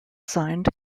signed